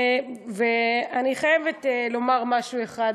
ואני חייבת לומר משהו אחד,